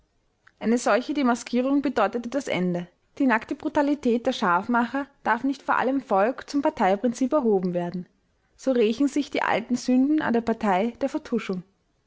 eine solche demaskierung bedeutete das ende die nackte brutalität der scharfmacher darf nicht vor allem volk zum parteiprinzip erhoben werden so rächen sich die alten sünden an der partei der vertuschung